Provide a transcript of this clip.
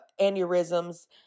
aneurysms